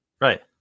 Right